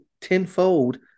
tenfold